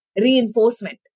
reinforcement